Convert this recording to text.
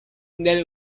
del